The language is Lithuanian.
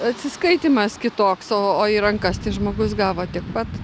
atsiskaitymas kitoks o o į rankas tai žmogus gavo tiek pat